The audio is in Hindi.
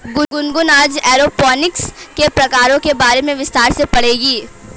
गुनगुन आज एरोपोनिक्स के प्रकारों के बारे में विस्तार से पढ़ेगी